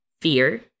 fear